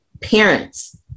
parents